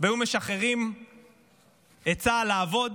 והיו משחררים את צה"ל לעבוד,